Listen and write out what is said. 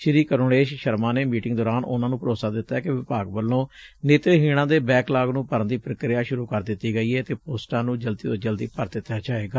ਸ੍ਰੀ ਕਰੁਨੇਸ਼ ਸਰਮਾ ਨੇ ਮੀਟਿੰਗ ਦੌਰਾਨ ਉਨਾਂ ਨੂੰ ਭਰੋਸਾ ਦਿੱਤੈ ਕਿ ਵਿਭਾਗ ਵੱਲੋਂ ਨੇਤਰਹੀਣਾਂ ਦੇ ਬੈਕਲਾਗ ਨੂੰ ਭਰਨ ਦੀ ਪ੍ਰੀਕ੍ਆ ਸੁਰੂ ਕਰ ਦਿੱਡੀ ਗਈ ਏ ਅਤੇ ਪੋਸਟਾ ਨੂੰ ਜਲਦੀ ਤੋ ਜਲਦੀ ਭਰ ਦਿੱਡਾ ਜਾਏਗਾ